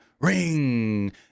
ring